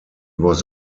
was